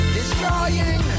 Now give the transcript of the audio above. destroying